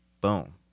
Boom